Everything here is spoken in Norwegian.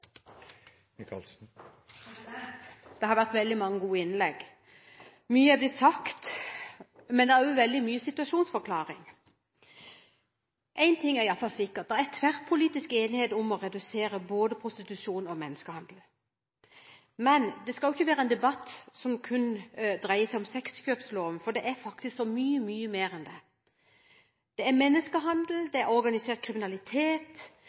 sexslaver. Det har vært veldig mange gode innlegg. Mye er blitt sagt, men det er også veldig mye situasjonsforklaring. En ting er i hvert fall sikkert: Det er tverrpolitisk enighet om å redusere både prostitusjon og menneskehandel, men det skal ikke være en debatt som kun dreier seg om sexkjøpsloven, for det er faktisk så mye, mye mer enn det. Det er menneskehandel, det er organisert kriminalitet,